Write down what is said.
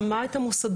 שמע את המוסדות,